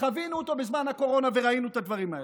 חווינו אותו בזמן הקורונה, וראינו את הדברים האלה.